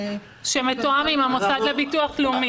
שמתואם עם המוסד לביטוח לאמי.